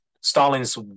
Stalin's